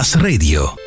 Radio